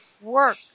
work